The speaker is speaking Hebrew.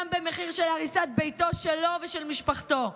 גם במחיר של הריסת ביתו שלו ושל משפחתו.